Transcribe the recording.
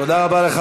תודה רבה לך,